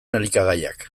elikagaiak